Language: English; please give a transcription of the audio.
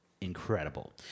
incredible